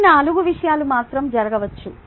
ఈ నాలుగు విషయాలు మాత్రమే జరగవచ్చు